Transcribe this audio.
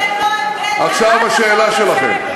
כבל, קריאה ראשונה לסדר.